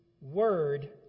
word